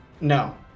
No